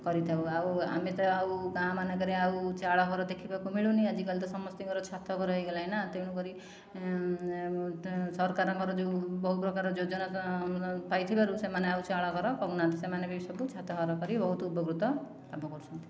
କରିଥାଉ ଆଉ ଆମେ ତ ଆଉ ଗାଁମାନଙ୍କରେ ଆଉ ଚାଳଘର ଦେଖିବାକୁ ମିଳୁନି ଆଜିକାଲି ତ ସମସ୍ତଙ୍କର ଛାତଘର ହୋଇଗଲାଣି ନା ତେଣୁକରି ସରକାରଙ୍କର ଯେଉଁ ବହୁପ୍ରକାର ଯୋଜନା ପାଇଥିବାରୁ ସେମାନେ ଆଉ ଚାଳଘର କରୁନାହାନ୍ତି ସେମାନେ ବି ସବୁ ଛାତଘର କରି ବହୁତ ଉପକୃତ ଲାଭ କରୁଛନ୍ତି